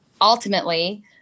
ultimately